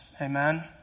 Amen